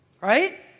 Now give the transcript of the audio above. right